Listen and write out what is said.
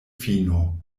fino